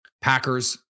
Packers